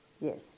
yes